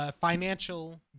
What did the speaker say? financial